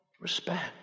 respect